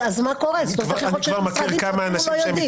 מה קורה --- אני כבר מכיר כמה אנשים שהם